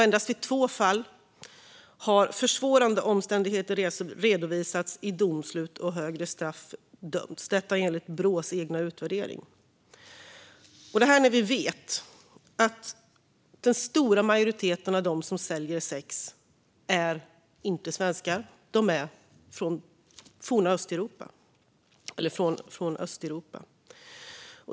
Endast i två fall har försvårande omständigheter redovisats i domslut och högre straff utdömts - detta enligt Brås egen utvärdering. Vi vet att den stora majoriteten av dem som säljer sex inte är svenskar utan är från Östeuropa.